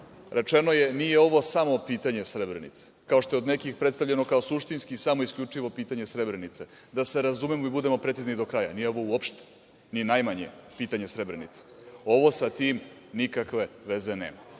rečeno je, nije ovo samo pitanje Srebrenice, kao što je od nekih predstavljeno, kao suštinski samo isključivo pitanje Srebrenice. Da se razumemo i budemo precizni do kraja, nije ovo uopšte, ni najmanje pitanje Srebrenice. Ovo sa tim nikakve veze nema.